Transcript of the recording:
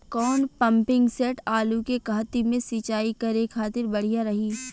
कौन pumping set आलू के कहती मे सिचाई करे खातिर बढ़िया रही?